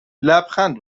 لبخند